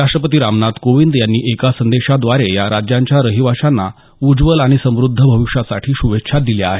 राष्ट्रपती रामनाथ कोविंद यांनी एका संदेशामध्ये या राज्यांच्या रहिवाशांना उज्वल आणि समुद्ध भविष्यासाठी श्भेच्छा दिल्या आहेत